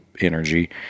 energy